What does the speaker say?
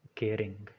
caring